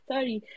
Sorry